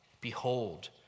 Behold